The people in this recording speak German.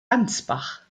ansbach